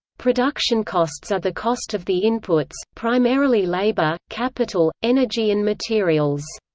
production costs are the cost of the inputs primarily labor, capital, energy and materials.